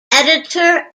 editor